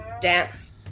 dance